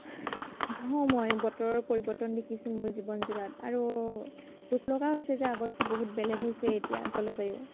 অঁ মই বতৰৰ পৰিৱৰ্তন দেখিছোঁ মোৰ জীৱনজোৰাত আৰু দুখ লগা হৈছে যে আগতকে বহুত বেলেগ হৈছে এতিয়াৰ জলবায়ু